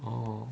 oh